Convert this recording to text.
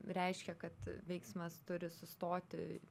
reiškia kad veiksmas turi sustoti